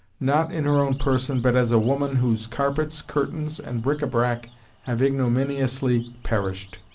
not in her own person, but as a woman whose carpets, curtains and bric-a-brac have ignominiously perished.